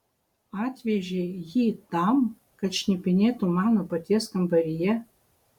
atvežei jį tam kad šnipinėtų mano paties kambaryje